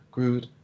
Groot